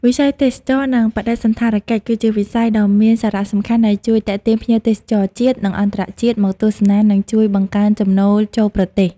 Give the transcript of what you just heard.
វិស័យទេសចរណ៍និងបដិសណ្ឋារកិច្ច គឺជាវិស័យដ៏មានសារៈសំខាន់ ដែលជួយទាក់ទាញភ្ញៀវទេសចរជាតិ និងអន្តរជាតិមកទស្សនា និងជួយបង្កើនចំណូលចូលប្រទេស។